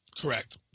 Correct